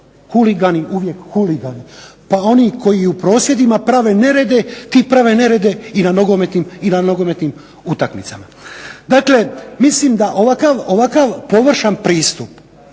huligani uvijek huligani. Pa oni koji u prosvjedima prave nerede ti prave nerede i na nogometnim utakmicama. Dakle, mislim da ovakav površan pristup